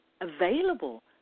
available